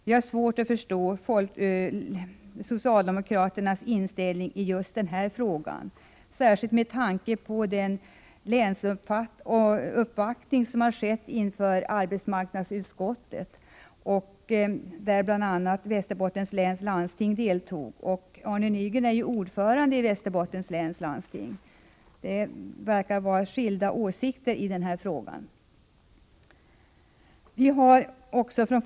Vi har svårt att förstå socialdemokraternas inställning i just denna fråga, särskilt med tanke på den länsuppvaktning som har skett inför arbetsmarknadsutskottet, varvid bl.a. företrädare för Västerbottens läns landsting deltog. Arne Nygren är ju ordförande i Västerbottens läns landsting. Det verkar som om man där har skilda åsikter i denna fråga.